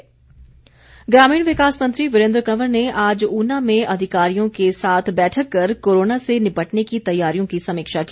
वीरेन्द्र कंवर ग्रामीण विकास मंत्री वीरेन्द्र कंवर ने आज ऊना में अधिकारियों के साथ बैठक कर कोरोना से निपटने की तैयारियों की समीक्षा की